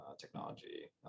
technology